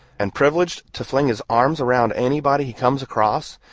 and privileged to fling his arms around anybody he comes across,